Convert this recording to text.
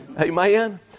Amen